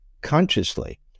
consciously